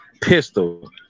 Pistol